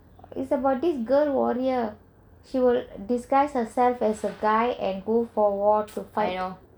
it's about this girl warrior she would disguise herself as guy and go fight